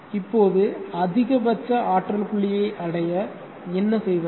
இப்போது அதிகபட்ச ஆற்றல் புள்ளியை அடைய என்ன செய்வது